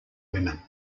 women